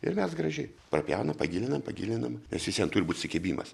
ir mes gražiai prapjaunam pagilinam pagilinam nes vis vien turi būt sukibimas